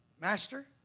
Master